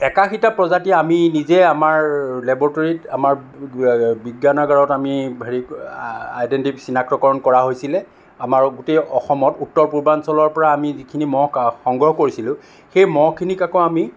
একাশীটা প্ৰজাতি আমি নিজে আমাৰ লেব'ৰেটৰিত আমাৰ বিজ্ঞানাগাৰাত আমি হেৰি আইডেণ্টি চিনাক্তকৰণ কৰা হৈছিলে আমাৰ গোটেই অসমত উত্তৰ পূৰ্বাঞ্চলৰ পৰা আমি যিখিনি মহ সংগ্ৰহ কৰিছিলোঁ সেই মহখিনিক আকৌ আমি